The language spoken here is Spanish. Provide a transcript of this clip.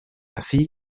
así